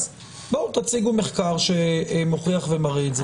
- בואו תציגו מחקר שמוכיח ומראה את זה.